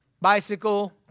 bicycle